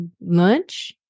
lunch